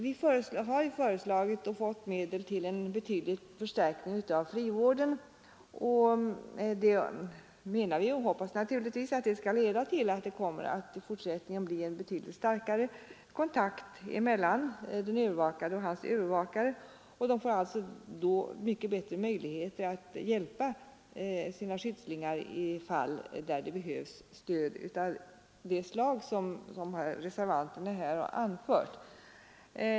Vi har ju föreslagit och fått medel till en betydande förstärkning av frivården, och vi hoppas naturligtvis att detta skall leda till att det i fortsättningen blir en mycket starkare kontakt mellan den övervakade och hans övervakare. Övervakarna får alltså mycket bättre möjligheter att hjälpa sina skyddslingar i fall där det behövs stöd av det slag som reservanterna talar om.